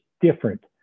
different